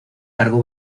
cargo